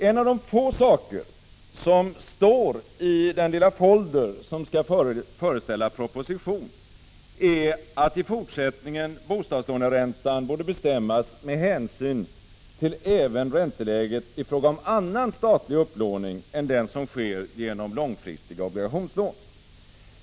En av de få saker som står i den lilla folder som skall föreställa proposition är att i fortsättningen bostadslåneräntan borde bestämmas med hänsyn till ränteläget även i fråga om annan statlig upplåning än den som sker genom långfristiga obligationslån.